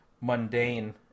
mundane